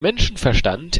menschenverstand